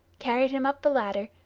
carried him up the ladder,